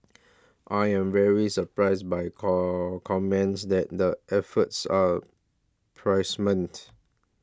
I am very surprised by call comments that the efforts are price